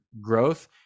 growth